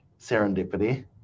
serendipity